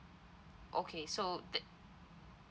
okay so that